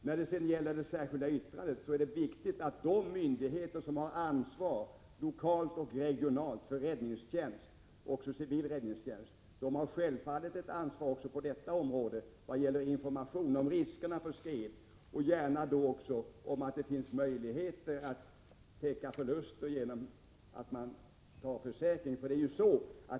När det sedan gäller det särskilda yttrandet är det viktigt att de myndigheter som har ansvar lokalt och regionalt för räddningstjänst — också civil räddningstjänst — självfallet också har ett ansvar vad gäller information om riskerna för skred och gärna också om möjligheterna att täcka förluster 119 genom ett försäkringsskydd.